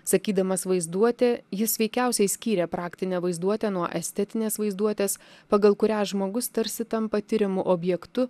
sakydamas vaizduotė jis veikiausiai skyrė praktinę vaizduotę nuo estetinės vaizduotės pagal kurią žmogus tarsi tampa tyrimų objektu